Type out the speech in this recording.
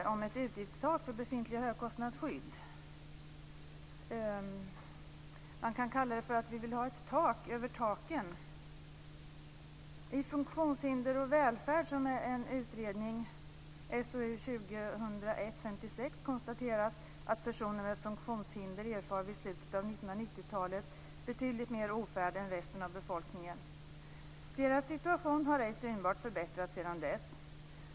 Det är ett utgiftstak för befintliga högkostnadsskydd. Man kan säga att vi vill ha ett tak över taken. I Funktionshinder och välfärd, som är en utredning, SOU 2001:56, konstateras att personer med funktionshinder vid slutet av 1990-talet erfar betydligt mer ofärd än resten av befolkningen. Deras situation har ej synbart förbättrats sedan dess.